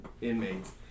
inmates